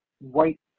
white